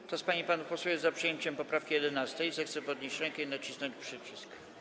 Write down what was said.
Kto z pań i panów posłów jest za przyjęciem poprawki 11., zechce podnieść rękę i nacisnąć przycisk.